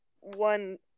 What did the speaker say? one